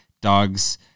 dogs